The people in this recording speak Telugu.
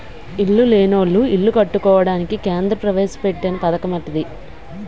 ఇల్లు లేనోళ్లు ఇల్లు కట్టుకోవడానికి కేంద్ర ప్రవేశపెట్టిన పధకమటిది